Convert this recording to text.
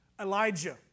Elijah